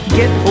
get